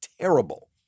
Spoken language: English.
terrible